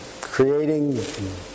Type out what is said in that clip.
creating